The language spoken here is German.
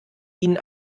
ihnen